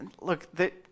look